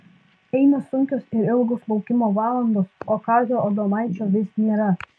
eina sunkios ir ilgos laukimo valandos o kazio adomaičio vis nėra